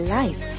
life